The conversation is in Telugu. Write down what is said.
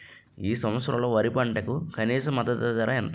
ఈ సంవత్సరంలో వరి పంటకు కనీస మద్దతు ధర ఎంత?